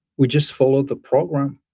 we just follow the program,